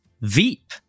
Veep